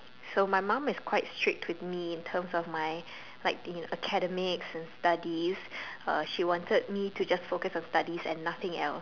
so my mum is quite strict with me in terms of my like the academics and studies uh she wanted me to just focus on studies and nothing else